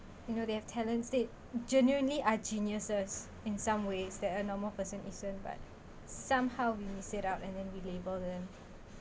you know they have talents they genuinely are geniuses in some ways than a normal person isn't but somehow we miss it up and then we label them